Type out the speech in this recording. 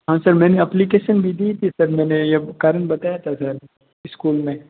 हाँ सर मैंने ऐप्लिकेशन भी दी थी सर मैंने ये कारण बताया था सर स्कूल में